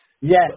Yes